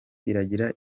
iragira